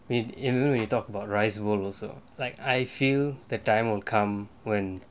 we don't really talk about rice world also like I feel the time will come when